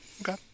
Okay